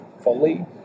fully